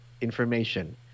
information